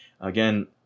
again